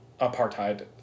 apartheid